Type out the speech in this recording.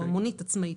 או מונית עצמאית.